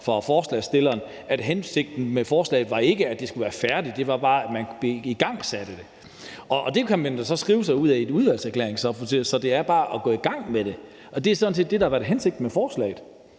fra forslagsstilleren, at hensigten med forslaget ikke var, at det skulle være færdigt, men bare, at det skulle igangsættes. Det kan man så skrive sig ud af i en udvalgsberetning, så det er bare at gå i gang med det. Det var sådan set det, der var hensigten med forslaget.